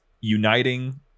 uniting